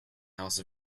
house